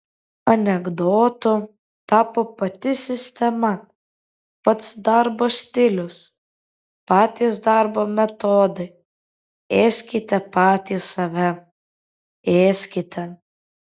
anekdotu tapo pati sistema pats darbo stilius patys darbo metodai ėskite patys save ėskite